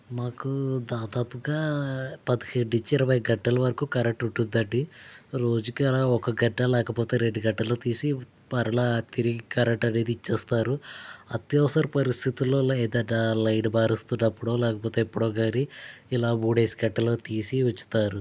మాకు దాదాపుగా పదిహేను నుంచి ఇరవై గంటల వరకు కరెంట్ ఉంటుంది అండి రోజుకి అలా ఒక గంట లేకపొతే రెండు గంటలు తీసి మరలా తిరిగి కరెంట్ అనేది ఇచ్ఛేస్తారు అత్యవసర పరిస్థితులలో ఏదన్నా లైన్ మారుస్తున్నపుడు లేకపోతే ఎప్పుడో కానీ ఇలా మూడు గంటలు తీసి ఉంచుతారు